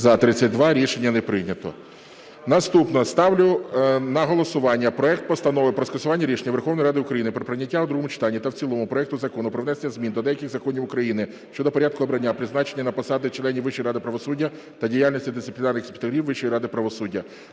За-32 Рішення не прийнято. Наступна. Ставлю на голосування проект Постанови про скасування рішення Верховної Ради України про прийняття у другому читанні та в цілому проекту Закону "Про внесення змін до деяких законів України щодо порядку обрання (призначення) на посади членів Вищої ради правосуддя та діяльності дисциплінарних інспекторів Вищої ради правосуддя"